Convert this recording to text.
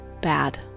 bad